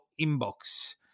inbox